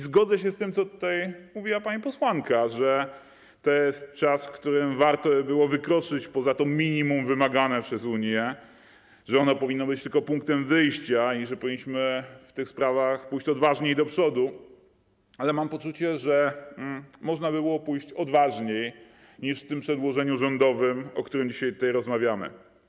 Zgodzę się z tym, o czym mówiła tutaj pani posłanka, że to jest czas, w którym warto byłoby wykroczyć poza to minimum wymagane przez Unię, że ono powinno być tylko punktem wyjścia i że powinniśmy w tych sprawach pójść odważniej do przodu, ale mam poczucie, że można by było pójść odważniej niż w tym przedłożeniu rządowym, o którym dzisiaj rozmawiamy.